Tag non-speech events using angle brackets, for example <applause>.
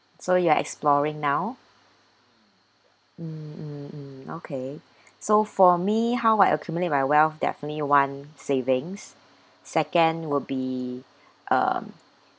so you are exploring now mm mm mm okay <breath> so for me how I accumulate my wealth definitely one savings second would be um